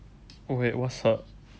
wait what's her